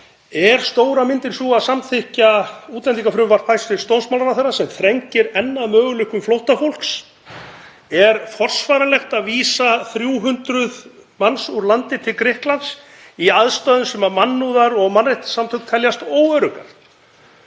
Er stóra myndin sú að samþykkja útlendingafrumvarp hæstv. dómsmálaráðherra sem þrengir enn að möguleikum flóttafólks? Er forsvaranlegt að vísa 300 manns úr landi til Grikklands í aðstæður sem mannúðar- og mannréttindasamtök telja óöruggar?